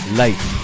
life